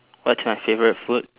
what's my favourite food